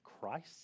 Christ